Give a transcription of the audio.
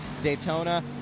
Daytona